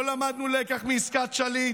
לא למדנו לקח מעסקת שליט?